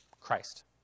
Christ